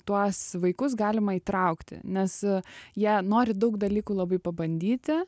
tuos vaikus galima įtraukti nes jie nori daug dalykų labai pabandyti